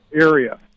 area